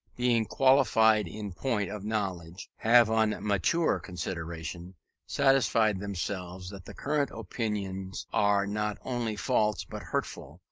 being qualified in point of knowledge, have on mature consideration satisfied themselves that the current opinions are not only false but hurtful,